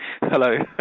hello